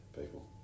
people